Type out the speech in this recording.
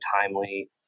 timely